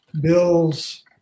Bill's